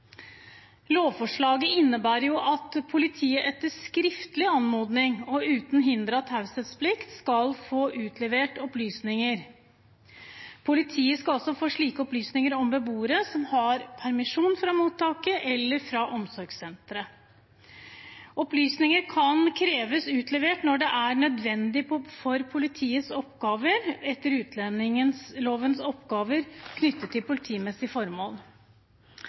Lovforslaget innebærer at politiet etter skriftlig anmodning og uten hinder av taushetsplikt skal få utlevert opplysninger. Politiet skal også få slike opplysninger om beboere som har permisjon fra mottaket eller fra omsorgssenteret. Opplysninger kan kreves utlevert når det er nødvendig for politiets oppgaver etter utlendingsloven eller oppgaver knyttet til politimessige formål.